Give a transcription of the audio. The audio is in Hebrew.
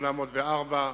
804,